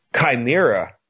chimera